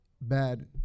bad